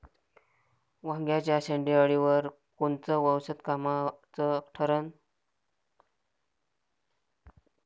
वांग्याच्या शेंडेअळीवर कोनचं औषध कामाचं ठरन?